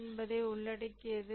என்பதை உள்ளடக்கியது